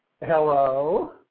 Hello